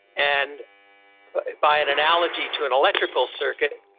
and by an analogy to an electrical circuit,